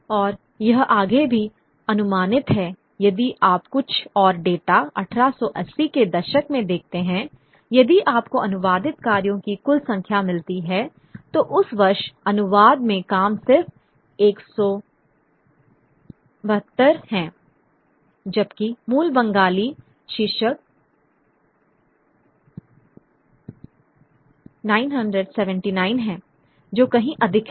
और यह आगे भी अनुमानित है यदि आप कुछ और डेटा 1880 के दशक में देखते हैं यदि आपको अनुवादित कार्यों की कुल संख्या मिलती है तो उस वर्ष अनुवाद में काम सिर्फ 172 हैं जबकि मूल बंगाली शीर्षक 979 हैं जो कहीं अधिक है